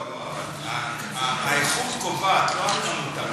אבל האיכות קובעת, לא הכמות.